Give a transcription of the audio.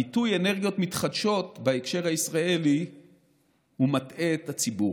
הביטוי "אנרגיות מתחדשות" בהקשר הישראלי מטעה את הציבור.